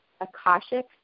Akashic